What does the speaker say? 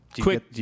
quick